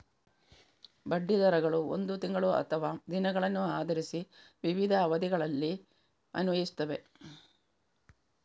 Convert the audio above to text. ಬಡ್ಡಿ ದರಗಳು ಒಂದು ತಿಂಗಳು ಅಥವಾ ದಿನಗಳನ್ನು ಆಧರಿಸಿ ವಿವಿಧ ಅವಧಿಗಳಲ್ಲಿ ಅನ್ವಯಿಸುತ್ತವೆ